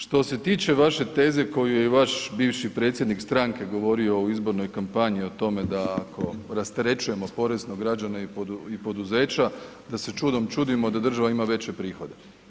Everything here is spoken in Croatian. Što se tiče vaše teze koju je i vaš bivši predsjednik stranke govorio u izbornoj kampanji o tome da ako rasterećujemo porezno građane i poduzeća da se čudom čudimo da država ima veće prihode.